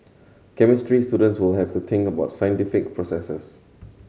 chemistry students will have to think about scientific processes